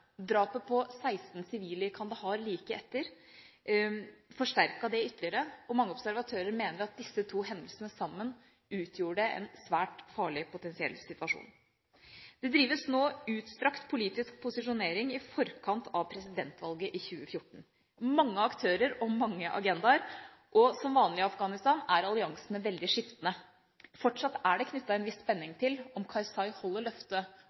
Drapet på 16 sivile i Kandahar like etter forsterket det ytterligere, og mange observatører mener at disse to hendelsene sammen utgjorde en svært farlig potensiell situasjon. Det drives nå utstrakt politisk posisjonering i forkant av presidentvalget i 2014, med mange aktører og mange agendaer, og som vanlig i Afghanistan er alliansene veldig skiftende. Fortsatt er det knyttet en viss spenning til om Karzai holder løftet